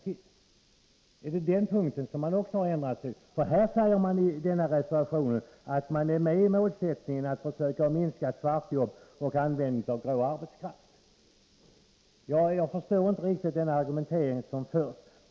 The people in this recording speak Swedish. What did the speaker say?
Har de ändrat sig på den punkten också? I förra årets reservation sade de nämligen att de var med på målsättningen att försöka minska omfattningen av svartjobb och användningen av grå arbetskraft. Jag förstår inte riktigt den argumentering som förs.